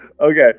Okay